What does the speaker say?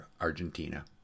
Argentina